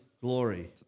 glory